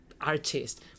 artists